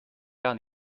gar